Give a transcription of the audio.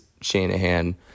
Shanahan